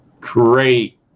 Great